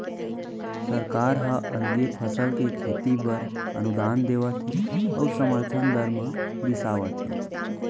सरकार ह अलगे फसल के खेती बर अनुदान देवत हे अउ समरथन दर म बिसावत हे